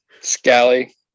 Scally